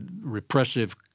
repressive